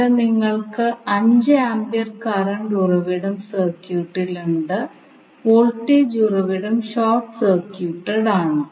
ഇവിടെ നിങ്ങൾക്ക് 5 ampere current ഉറവിടം സർക്യൂട്ടിൽ ഉണ്ട് വോൾട്ടേജ് ഉറവിടം ഷോർട്ട് സർക്യൂട്ട് ആണ്